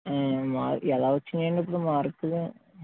మార్కులు ఎలా వచ్చినాయి అండి ఇప్పుడు మార్కులు